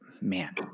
Man